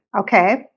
Okay